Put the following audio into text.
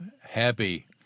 happy